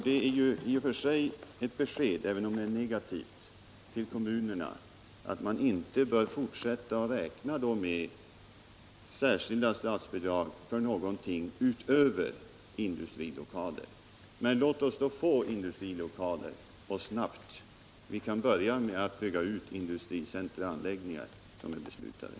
Det är ju i och för sig ett besked till kommunerna, även om det är negativt, att man inte bör fortsätta att räkna med särskilda statsbidrag för någonting utöver industrilokaler. Men låt oss då få industrilokaler och få dem snabbt! Vi kan börja med att bygga ut industricentraanläggningar som är beslutade.